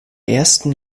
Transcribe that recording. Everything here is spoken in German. ersten